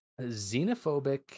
xenophobic